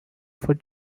for